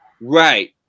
Right